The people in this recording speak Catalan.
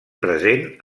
present